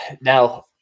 now